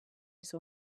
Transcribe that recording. saw